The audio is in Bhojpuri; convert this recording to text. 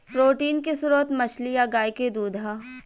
प्रोटीन के स्त्रोत मछली आ गाय के दूध ह